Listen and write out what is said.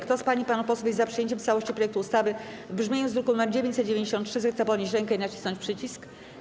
Kto z pań i panów posłów jest za przyjęciem w całości projektu ustawy w brzmieniu z druku nr 993, zechce podnieść rękę i nacisnąć przycisk.